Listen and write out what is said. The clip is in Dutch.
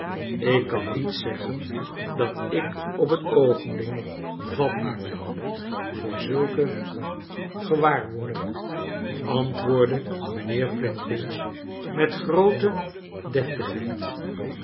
ik kan niet zeggen dat ik op het oogenblik vatbaar ben voor zulke chaeles dickens gewaarwordingen antwoordde mijnheer flintwinch met groote